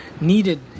needed